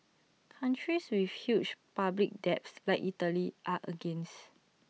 countries with huge public debts like Italy are against